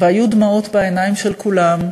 והיו דמעות בעיניים של כולם.